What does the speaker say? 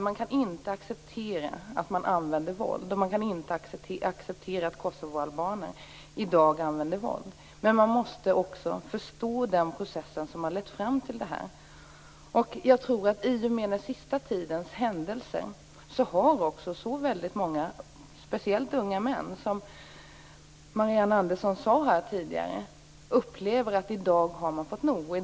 Man kan inte acceptera våld och att kosovoalbaner i dag använder våld. Men man måste också förstå den process som har lett fram till detta. I och med den senaste tidens händelser upplever många unga män - precis som Marianne Andersson här sade - att de har fått nog.